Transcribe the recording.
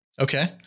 Okay